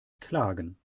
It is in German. klagen